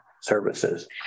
services